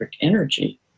energy